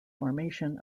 formation